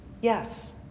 Yes